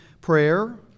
prayer